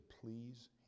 please